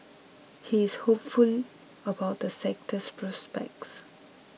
he is hopeful about the sector's prospects